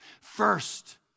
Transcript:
First